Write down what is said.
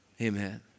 amen